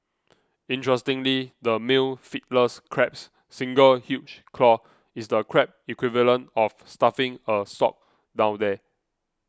interestingly the male Fiddlers Crab's single huge claw is the crab equivalent of stuffing a sock down there